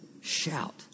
Shout